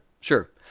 sure